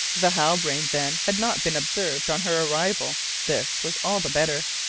the halbrane, then, had not been observed on her arrival this was all the better.